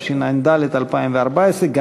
התשע"ד 2014,